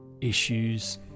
issues